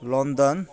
London